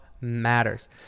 matters